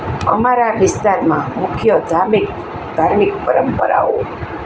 અમારા વિસ્તારમાં મુખ્ય ધાર્મિક ધાર્મિક પરંપરાઓ